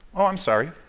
ah i'm sorry.